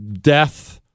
death